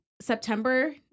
September